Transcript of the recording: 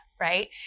right